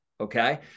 okay